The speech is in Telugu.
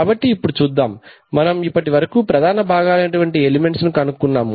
కాబట్టి ఇప్పుడు చూద్దాం మనము ఇప్పటివరకు ప్రధాన భాగాలైనటువంటి ఎలిమెంట్స్ ను కనుక్కున్నాము